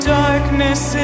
darkness